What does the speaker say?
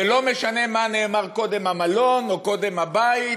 ולא משנה מה נאמר קודם, המלון או הבית,